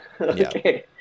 okay